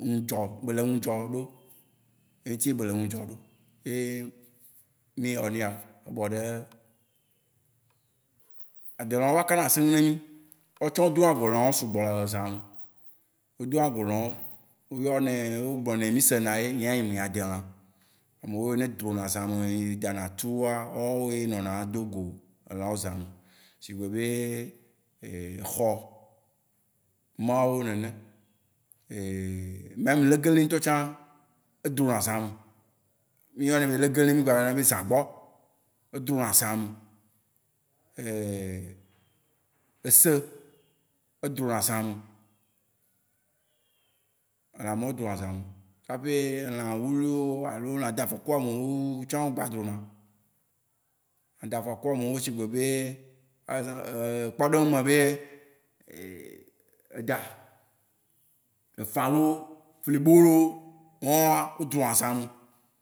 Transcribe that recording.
nudzɔ-be le nudzɔ ɖo. Eye ŋuti ye be le nudzɔ ɖo. Ye adelã wó va ka na asenu ne mí. Wóa tsã wó dona go lã wó sugbɔ le zã me. Wó dona go lã wó, wó yɔ nɛ. Wó gblɔ nɛ mí sena ye. Nyea nye me nyi adelã oo. Amewo yiwo ne dona go zã me da na tua, wòa wóe nɔna dogo elã wó zã me, sigbe be exɔ mawó nene. Même legeli ŋutɔ tsã, edro na zã me. Mí yɔ nae be legeli, mí gba yɔ nae be zãgbɔ. Edo na zã me. ese, edro na zã me. Elã mawó dona zã me. Kapie lã wluwlui wó alo lã do afɔku ame wó tsã gba do na. Lã do afɔku ame wó si gbe be, par exemple kpɔɖeŋu me be eda, efã loo, flibo loo mawóa wó drona zã me.